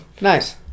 Nice